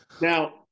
Now